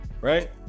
right